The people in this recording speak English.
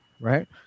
right